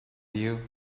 you